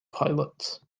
pilots